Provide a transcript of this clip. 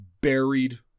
buried